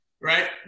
right